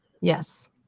Yes